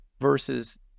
versus